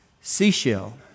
seashell